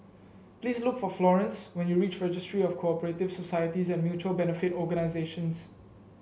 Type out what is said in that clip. please look for Florance when you reach Registry of Co operative Societies and Mutual Benefit Organisations